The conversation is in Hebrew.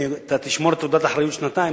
אתה תשמור את תעודת האחריות שנתיים?